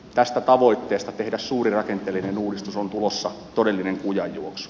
tästä tavoitteesta tehdä suuri rakenteellinen uudistus on tulossa todellinen kujanjuoksu